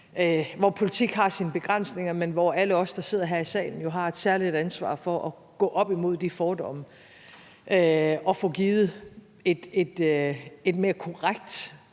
hvor politik har sine begrænsninger, men hvor alle os, der sidder her i salen, jo har et særligt et ansvar for at gå op imod de fordomme og få givet et mere korrekt